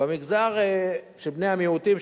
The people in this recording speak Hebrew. במגזר של בני המיעוטים,